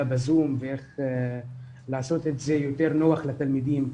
בזום ואיך לעשות את זה יותר נוח לתלמידים.